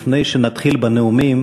לפני שנתחיל בנאומים,